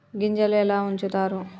గింజలు ఎలా ఉంచుతారు?